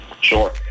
Sure